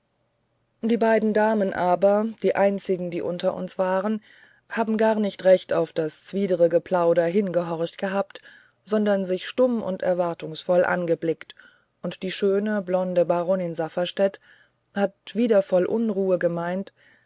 die beiden damen aber die einzigen die unter uns waren haben gar nicht recht auf das z'widere geplausch hingehorcht gehabt sondern sich stumm und erwartungsvoll angeblickt und die schöne blonde baronin safferstätt hat wieder voll unruhe gemeint